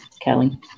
kelly